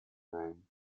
name